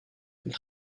comme